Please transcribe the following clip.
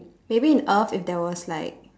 maybe in earth if there was like